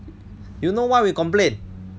you know why we complain